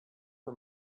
for